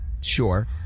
sure